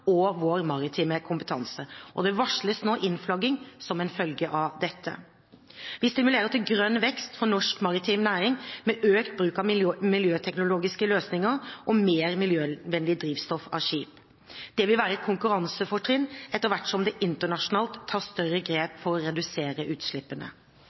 og vår maritime kompetanse. Og det varsles nå innflagging som en følge av dette. Vi stimulerer til grønn vekst for norsk maritim næring, med økt bruk av miljøteknologiske løsninger og mer miljøvennlig drivstoff for skip. Det vil være et konkurransefortrinn etter hvert som det internasjonalt tas større